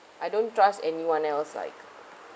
I don't trust anyone else like